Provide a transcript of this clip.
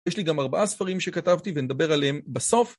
יש לי גם ארבעה ספרים שכתבתי ונדבר עליהם בסוף.